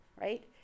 right